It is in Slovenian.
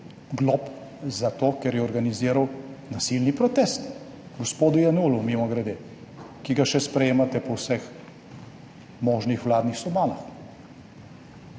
glob za to, ker je organiziral nasilni protest. Gospodu Jenullu, mimogrede, ki ga še sprejemate po vseh možnih vladnih sobanah.